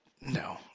No